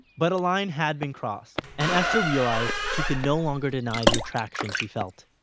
but a line had been crossed, and esther realized she could no longer deny the attraction she felt.